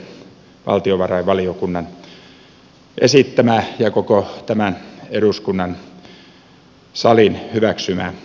valtiovarainvaliokunnan esittämä ja koko tämän eduskunnan salin hyväksymä lausuma